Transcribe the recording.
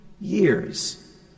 years